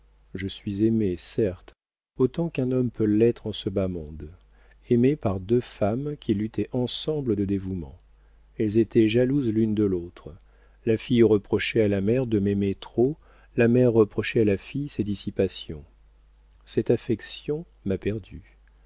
je suis aimé certes autant qu'un homme peut l'être en ce bas monde aimé par deux femmes qui luttaient ensemble de dévouement elles étaient jalouses l'une de l'autre la fille reprochait à la mère de m'aimer trop la mère reprochait à la fille ses dissipations cette affection m'a perdu